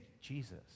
Jesus